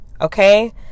Okay